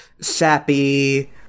sappy